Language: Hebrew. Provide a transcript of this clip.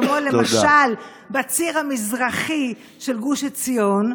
כמו בציר המזרחי של גוש עציון,